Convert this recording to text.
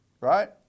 right